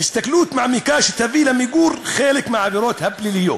להסתכלות מעמיקה שתביא למיגור חלק מהעבירות הפליליות.